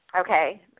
Okay